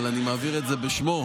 אבל אני מעביר את זה בשמו,